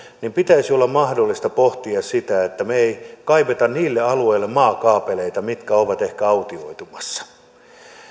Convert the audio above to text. niin pitäisi olla mahdollista pohtia sitä että me emme kaiva maakaapeleita niille alueille mitkä ovat ehkä autioitumassa